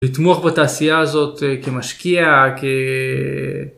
לתמוך בתעשייה הזאת, כמשקיע, כ...